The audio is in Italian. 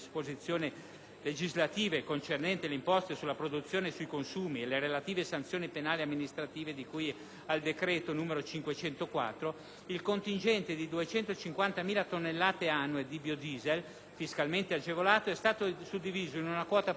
legislative concernenti le imposte sulla produzione e sui consumi e le relative sanzioni penali e amministrative, di cui al decreto legislativo 26 ottobre 1995, n. 504, il contingente di 250.000 tonnellate annue di biodiesel fiscalmente agevolato è stato suddiviso in una quota prioritaria